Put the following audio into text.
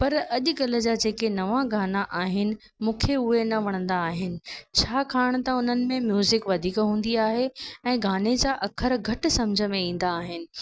पर अॼुकल्ह जा जेके नवा गाना आहिनि मूंखे उहे न वणंदा आहिनि छाकानि त उन्हनि में म्यूज़िक वधीक हूंदी आहे ऐं गाने जा अखर घटि समुझ में ईंदा आहिनि